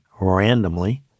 randomly